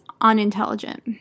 unintelligent